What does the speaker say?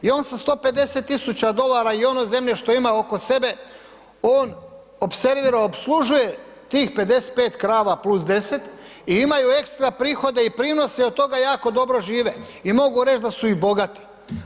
I on sa 150 000 dolara i ono zemlje što ima oko sebe on opservira, opslužuje tih 55 krava + 10 i imaju ekstra prihode i prinosi, od toga jako dobro žive i mogu reć i da su bogati.